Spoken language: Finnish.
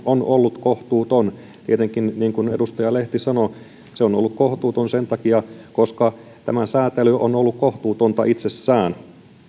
on ollut kohtuuton tietenkin niin kuin edustaja lehti sanoi se on ollut kohtuuton sen takia koska tämä sääntely on ollut kohtuutonta itsessään